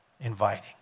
Inviting